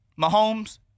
Mahomes